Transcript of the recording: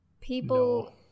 People